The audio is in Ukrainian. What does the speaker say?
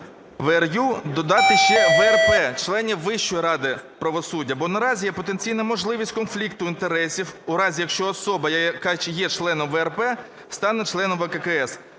ВРЮ, додати ще ВРП, членів Вищої ради правосуддя. Бо наразі є потенційна можливість конфлікту інтересів у разі, якщо особа, яка є членом ВРП, стане членом ВККС.